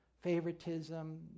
favoritism